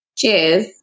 cheers